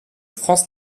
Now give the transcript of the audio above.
france